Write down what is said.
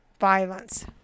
violence